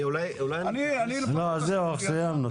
אני --- זהו, סיימנו.